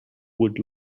would